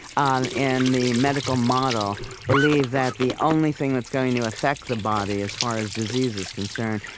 um and the medical model, believe that the only thing that's going to affect the body, as far as disease is concerned,